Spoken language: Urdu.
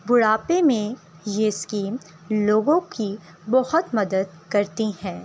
بڑھاپے میں یہ اسکیم لوگوں کی بہت مدد کرتی ہیں